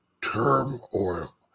turmoil